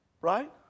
right